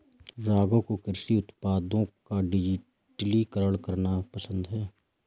राघव को कृषि उत्पादों का डिजिटलीकरण करना पसंद है